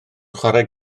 chwarae